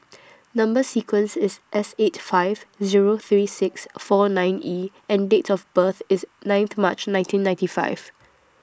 Number sequence IS S eight five Zero three six four nine E and Date of birth IS ninth March nineteen ninety five